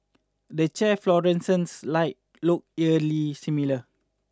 the chair fluorescent light look eerily similar